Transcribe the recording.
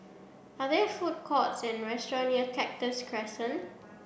are there food courts and restaurant near Cactus Crescent